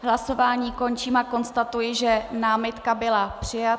Hlasováním končím a konstatuji, že námitka byla přijata.